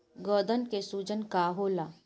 गदन के सूजन का होला?